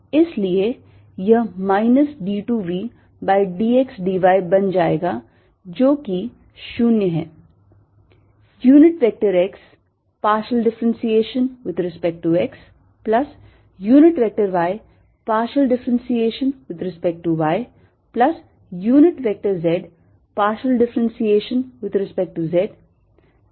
इसलिए यह minus d 2 v by d x d y बन जाएगा जो कि जो 0 है